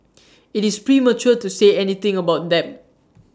IT is premature to say anything about them